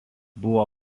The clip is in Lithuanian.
buvo